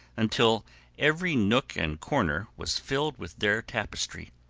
until every nook and corner was filled with their tapestry,